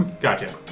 Gotcha